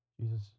Jesus